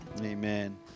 Amen